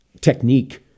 technique